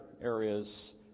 areas